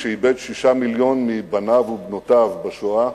שאיבד שישה מיליונים מבניו ובנותיו בשואה,